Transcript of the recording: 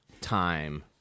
time